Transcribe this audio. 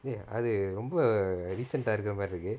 அது ரொம்ப:athu romba recent இருக்கற மாரி இருக்குது:irukura maari irukuthu